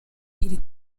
iri